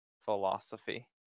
philosophy